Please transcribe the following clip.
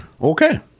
okay